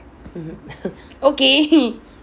mmhmm okay